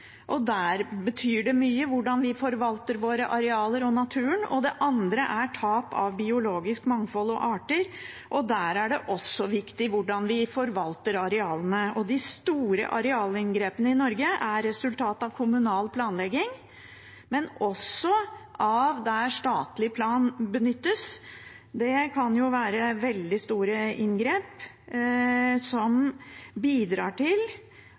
og der betyr det mye hvordan vi forvalter våre arealer og naturen. Den andre er tap av biologisk mangfold og arter, og der er det også viktig hvordan vi forvalter arealene. De store arealinngrepene i Norge er resultat av kommunal planlegging, men også av der statlig plan benyttes. Det kan jo være veldig store inngrep som bidrar til